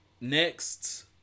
next